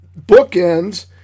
Bookends